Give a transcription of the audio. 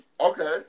Okay